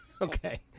Okay